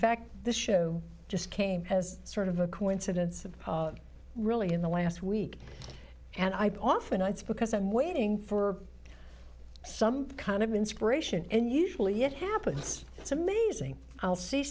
fact this show just came as sort of a coincidence of really in the last week and i've often it's because i'm waiting for some kind of inspiration and usually it happens it's amazing i'll see